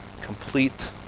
complete